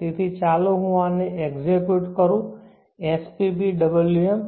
તેથી ચાલો હું આને એક્ઝેક્યુટ કરું sppwm